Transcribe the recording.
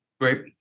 Great